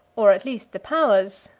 or at least the powers,